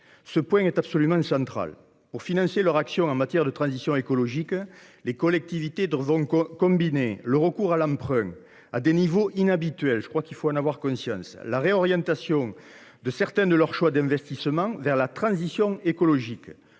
Ce point est absolument central. Pour financer leur action en matière de transition écologique, les collectivités devront combiner le recours à l’emprunt à des niveaux – il faut en avoir conscience – inhabituels ; la réorientation de certains de leurs choix d’investissement vers la transition écologique